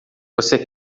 você